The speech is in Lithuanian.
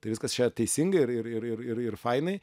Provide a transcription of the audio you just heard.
tai viskas čia teisinga ir ir ir ir ir fainai